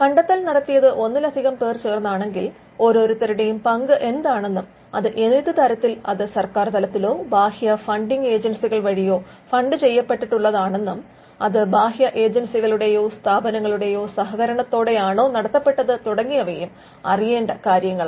കണ്ടെത്തൽ നടത്തിയത് ഒന്നിലധികം പേർ ചേർന്നാണെങ്കിൽ ഓരോരുത്തരുടെയും പങ്ക് എന്താണെന്നന്നും അത് ഏതു തരത്തിൽ അത് സർക്കാർ തലത്തിലോ ബാഹ്യ ഫണ്ടിംഗ് ഏജൻസികൾ വഴിയോ ഫണ്ട് ചെയ്യപ്പെട്ടിട്ടുള്ളതാണെന്നും അത് ബാഹ്യ ഏജൻസികളുടെയോ സ്ഥാപനങ്ങളുടെയോ സഹകരണത്തോടെയാണോ നടത്തപ്പെട്ടത് തുടങ്ങിയവും അറിയേണ്ട കാര്യങ്ങളാണ്